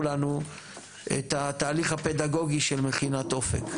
לנו את התהליך הפדגוגי של מכינת אופק,